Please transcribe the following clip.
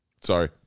Sorry